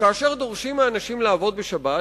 כאשר דורשים מאנשים לעבוד בשבת,